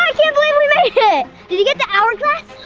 can't believe we made it! did you get the hourglass?